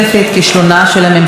הכלכלי והמדיני.